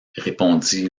répondit